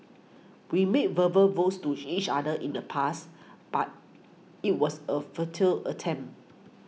we made verbal vows to each other in the past but it was a futile attempt